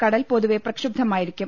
കടൽ പൊതുവെ പ്രക്ഷുബ്ധമായിരിക്കും